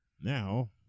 Now